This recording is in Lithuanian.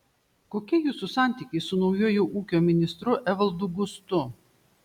kokie jūsų santykiai su naujuoju ūkio ministru evaldu gustu